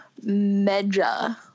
Medja